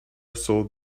saw